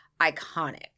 iconic